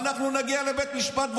ואנחנו נגיע לבית משפט,